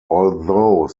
although